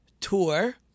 tour